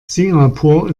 singapur